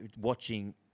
watching